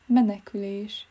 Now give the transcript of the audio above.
menekülés